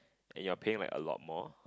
you're paying like a lot more